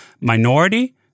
minority